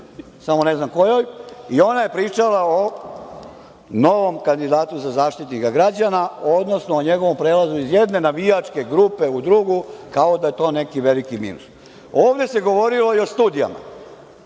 samo ne znam kojoj, i ona je pričala o novom kandidatu za Zaštitnika građana, odnosno o njegovom prelazu iz jedne navijačke grupe u drugu, kao da je to neki veliki minus. Ovde se govorilo i o studijama,